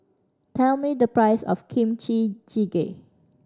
tell me the price of Kimchi Jjigae